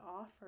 offer